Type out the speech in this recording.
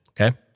okay